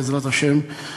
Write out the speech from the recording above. בעזרת השם,